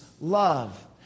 love